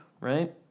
Right